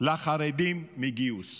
לחרדים מגיוס.